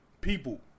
people